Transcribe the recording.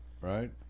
right